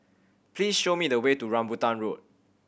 please show me the way to Rambutan Road